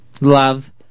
Love